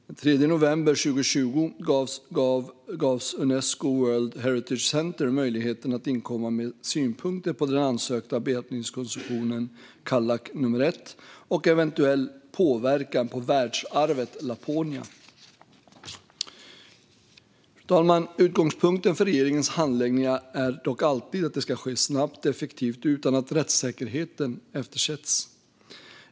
Den 3 november 2020 gavs också Unesco World Heritage Centre möjligheten att inkomma med synpunkter på den ansökta bearbetningskoncessionen Kallak K nr 1 och eventuell påverkan på världsarvet Laponia. Utgångspunkten för regeringens handläggning är alltid att den ska ske snabbt, effektivt och utan att rättssäkerheten eftersätts.